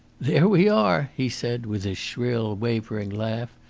there we are, he said, with his shrill, wavering laugh.